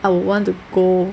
I would want to go